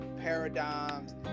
paradigms